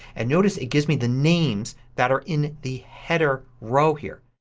and notice it gives me the names that are in the header row here.